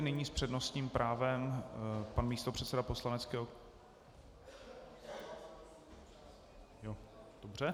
Nyní s přednostním právem pan místopředseda poslaneckého klubu dobře.